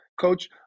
Coach